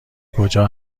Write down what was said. کجا